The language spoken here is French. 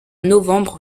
novembre